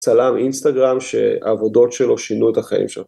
צלם אינסטגרם שעבודות שלו שינו את החיים שם.